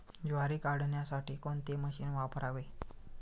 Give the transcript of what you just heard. ज्वारी काढण्यासाठी कोणते मशीन वापरावे?